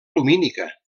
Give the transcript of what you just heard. lumínica